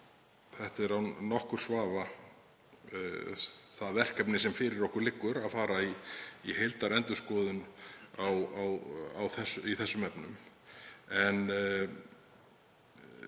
Það er án nokkurs vafa verkefnið sem fyrir okkur liggur að fara í heildarendurskoðun í þessum efnum.